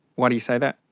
why do you say that?